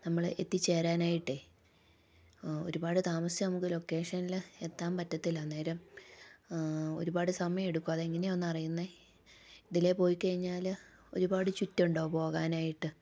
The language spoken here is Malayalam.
നമ്മൾ എത്തിച്ചേരാനായിട്ടേ ഒരുപാട് താമസിച്ചാൽ നമുക്ക് ലൊക്കേഷനിൽ എത്താൻ പറ്റത്തില്ല അന്നേരം ഒരുപാട് സമയം എടുക്കും അതെങ്ങനെയാണ് ഒന്നറിയുന്നേ ഇതിലെ പോയി കഴിഞ്ഞാൽ ഒരുപാട് ചുറ്റുണ്ടോ പോകാനായിട്ട്